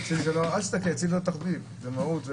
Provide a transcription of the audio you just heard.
אצלי זה לא תחביב, זה מהות.